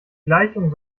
gleichung